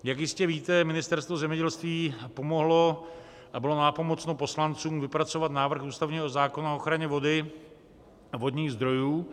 Jak jistě víte, Ministerstvo zemědělství pomohlo a bylo nápomocno poslancům vypracovat návrh ústavního zákona o ochraně vody a vodních zdrojů.